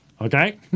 okay